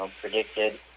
predicted